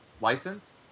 license